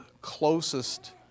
closest